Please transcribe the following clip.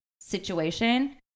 situation